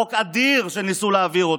חוק אדיר שניסו להעביר,